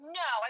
no